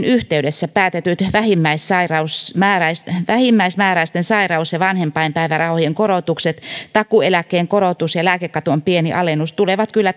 yhteydessä päätetyt vähimmäismääräisten vähimmäismääräisten sairaus ja vanhempainpäivärahojen korotukset takuueläkkeen korotus ja lääkekaton pieni alennus tulevat kyllä